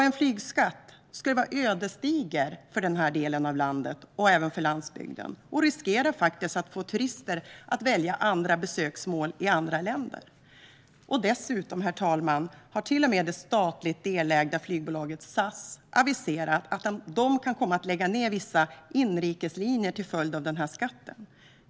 En flygskatt skulle vara ödesdiger för den här delen av landet och även för landsbygden, och risken är faktiskt att den skulle få turister att välja andra besöksmål i andra länder. Dessutom, herr talman, har till och med det statligt delägda flygbolaget SAS aviserat att de kan komma att lägga ned vissa inrikeslinjer till följd av den här skatten.